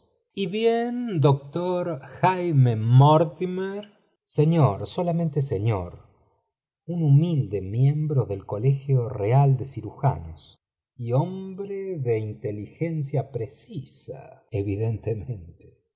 y bien doctor jaime mortimer señor solamente señor un humilde miembro del colegio peal de cirujanos y hombre de inteligencia precisa evidentemente